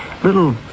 Little